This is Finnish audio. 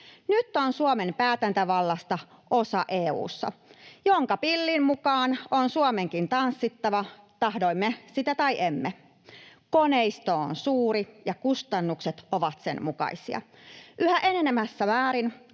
Nyt on Suomen päätäntävallasta osa EU:ssa, jonka pillin mukaan on Suomenkin tanssittava, tahdoimme sitä tai emme. Koneisto on suuri, ja kustannukset ovat sen mukaisia. Yhä enenevässä määrin